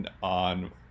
on